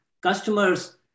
customers